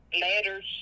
letters